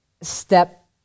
step